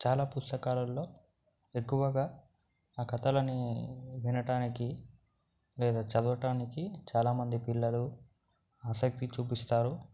చాలా పుస్తకాలలో ఎక్కువగా ఆ కథలను వినటానికి లేదా చదవటానికి చాలామంది పిల్లలు ఆసక్తి చూపిస్తారు